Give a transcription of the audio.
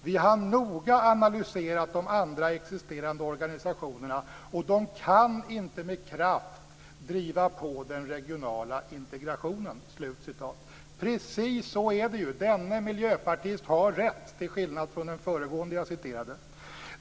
Vi har noga analyserat de andra existerande organisationerna, och de kan inte med kraft driva på den regionala integrationen. Precis så är det ju. Denne miljöpartist har rätt, till skillnad från den föregående jag citerade.